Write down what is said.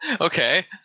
Okay